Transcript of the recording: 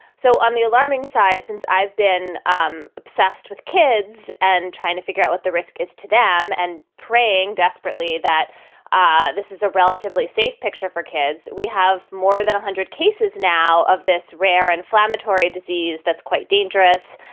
so on the alarming side, since i've been um obsessed with kids and trying to figure out what the risk is to them and praying desperately desperately that ah this is a relatively safe picture for kids, we have more than one hundred cases now of this rare inflammatory disease that's quite dangerous.